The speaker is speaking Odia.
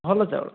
ଭଲ ଚାଉଳ